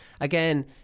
Again